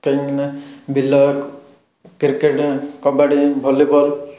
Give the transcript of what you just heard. କାହିଁକିନା ବିଲ cricket kabaddi volleyball